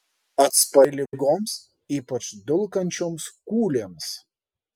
atspari ligoms ypač dulkančioms kūlėms